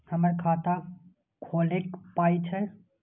हमर खाता खौलैक पाय छै